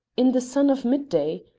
in the sun of midday,